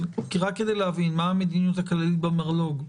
אבל רק כדי להבין, מה המדיניות הכללית במרלוג?